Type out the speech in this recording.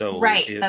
Right